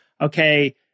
okay